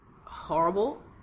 horrible